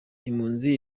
impunzi